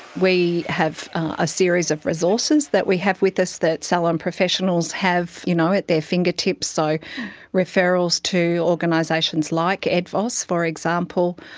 we have a series of resources that we have with us that salon professionals have you know at their fingertips, so referrals to organisations like edvos, for example,